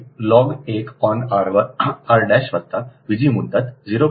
4605 લ 1ગ 1 ઓન r વત્તા બીજી મુદત 0